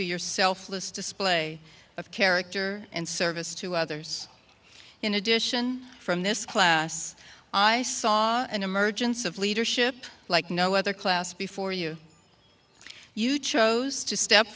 your selfless display of character and service to others in addition from this class i saw an emergence of leadership like no other class before you you chose to step